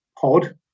pod